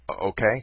Okay